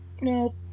No